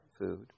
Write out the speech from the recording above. food